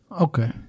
Okay